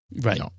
Right